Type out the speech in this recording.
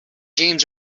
james